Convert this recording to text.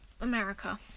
America